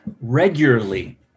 regularly